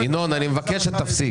הנסועה עלתה מאוד,